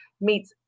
meets